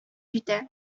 җитә